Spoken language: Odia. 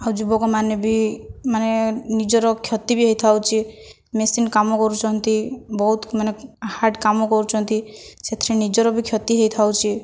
ଆଉ ଯୁବକମାନେ ବି ମାନେ ନିଜର କ୍ଷତି ବି ହୋଇଥାଉଛି ମେସିନ୍ କାମ କରୁଛନ୍ତି ବହୁତ ମାନେ ହାର୍ଡ଼ କାମ କରୁଛନ୍ତି ସେଥିରେ ନିଜର ବି କ୍ଷତି ହୋଇଥାଉଛି